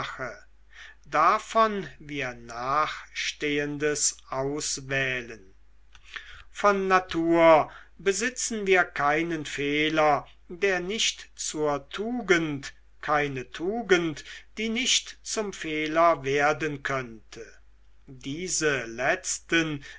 davon wir nachstehendes auswählen von natur besitzen wir keinen fehler der nicht zur tugend keine tugend die nicht zum fehler werden könnte diese letzten